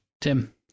Tim